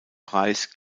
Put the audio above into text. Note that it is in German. preis